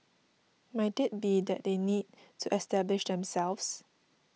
might it be that they need to establish themselves